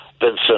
Vincent